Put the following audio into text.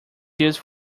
used